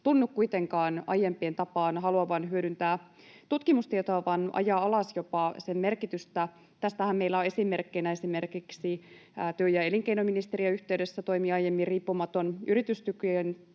tunnu kuitenkaan aiempien tapaan haluavan hyödyntää tutkimustietoa vaan ajaa alas jopa sen merkitystä. Tästähän meillä on esimerkkinä se, että työ- ja elinkeinoministeriön yhteydessä aiemmin toiminut riippumaton yritystukien